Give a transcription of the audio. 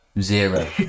zero